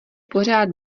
pořád